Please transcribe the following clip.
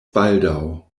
baldaŭ